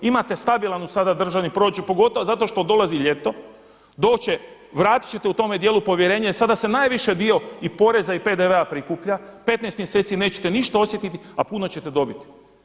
Imate stabilan sada državni proračun pogotovo zato što dolazi ljeto, vratit ćete u tome dijelu povjerenje, sada se najviše dio i poreza i PDV-a prikuplja, 15 mjeseci nećete ništa osjetiti, a puno ćete dobiti.